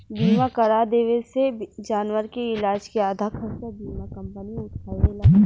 बीमा करा देवे से जानवर के इलाज के आधा खर्चा बीमा कंपनी उठावेला